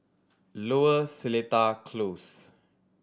Lower Seletar Close